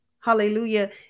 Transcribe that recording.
hallelujah